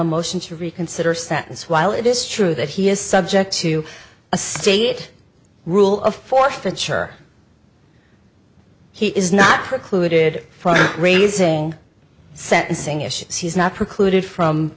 a motion to reconsider sentence while it is true that he is subject to a state rule of forfeiture he is not precluded from raising sentencing issues he's not precluded from